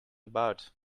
about